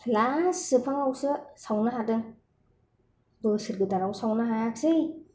last जोबहाङावसो सावनो हादों बोसोर गोदानावबो सावनो हायाखिसै